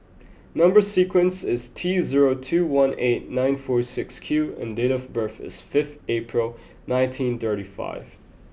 number sequence is T zero two one eight nine four six Q and date of birth is fifth April nineteen thirty five